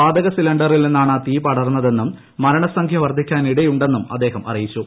വാതക സിലിണ്ടറിൽ നിന്നാണ് തീ പടർന്നതെന്നും മരണ സംഖ്യ വർദ്ധിക്കാനിടയുണ്ടെന്നും അദ്ദേഹം അറിയിച്ചു